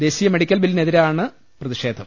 ദേശീയ മെഡിക്കൽ ബില്ലിനെതിരെയാണ് പ്രതിഷേധം